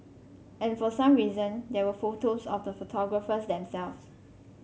and for some reason there were photos of the photographers themselves